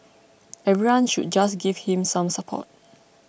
everyone should just give him some support